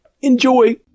Enjoy